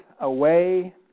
away